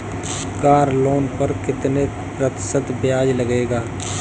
Car loan पर कितने प्रतिशत ब्याज लगेगा?